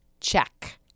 check